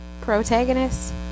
Protagonist